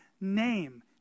name